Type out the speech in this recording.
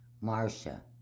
Marcia